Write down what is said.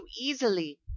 easily